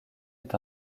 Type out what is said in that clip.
est